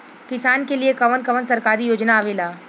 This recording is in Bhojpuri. किसान के लिए कवन कवन सरकारी योजना आवेला?